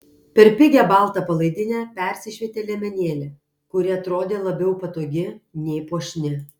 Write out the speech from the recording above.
per pigią baltą palaidinę persišvietė liemenėlė kuri atrodė labiau patogi nei puošni